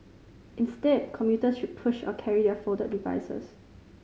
instead commuters should push or carry their folded devices